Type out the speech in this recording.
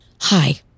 Hi